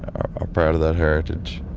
are proud of that heritage.